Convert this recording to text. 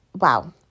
wow